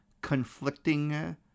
conflicting